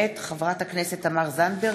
מאת חברי הכנסת תמר זנדברג,